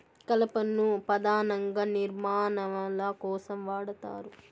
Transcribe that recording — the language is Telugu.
కలపను పధానంగా నిర్మాణాల కోసం వాడతారు